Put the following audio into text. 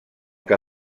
que